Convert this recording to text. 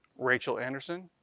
rachel anderson,